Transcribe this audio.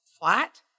flat